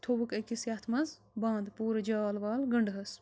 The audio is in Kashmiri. تھوٚوُکھ أکِس یَتھ منٛز بنٛد پوٗرٕ جال وال گٔنٛڈٕہس